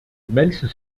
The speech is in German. menschen